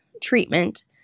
treatment